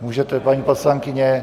Můžete, paní poslankyně.